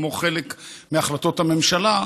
כמו חלק מהחלטות הממשלה,